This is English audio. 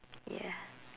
ya